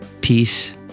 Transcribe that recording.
peace